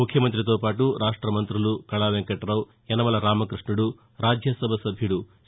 ముఖ్యమంతితోపాటు రాష్ట మంతులు కళావెంకుటావు యనమల రామకృష్ణుడు రాజ్యసభ సభ్యుడు సి